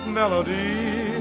melody